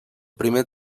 primer